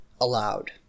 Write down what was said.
allowed